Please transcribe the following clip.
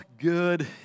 good